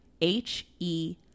H-E